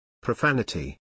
Profanity